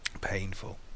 Painful